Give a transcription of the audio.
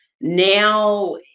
now